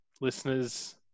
listeners